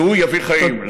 כי הוא יביא חיים,